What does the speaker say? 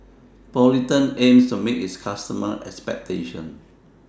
Polident aims to meet its customers' expectations